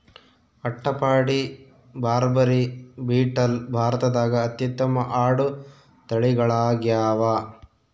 ಅಟ್ಟಪಾಡಿ, ಬಾರ್ಬರಿ, ಬೀಟಲ್ ಭಾರತದಾಗ ಅತ್ಯುತ್ತಮ ಆಡು ತಳಿಗಳಾಗ್ಯಾವ